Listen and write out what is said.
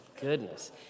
goodness